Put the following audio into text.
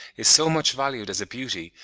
is so much valued as a beauty,